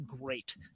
great